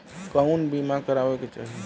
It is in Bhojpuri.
कउन बीमा करावें के चाही?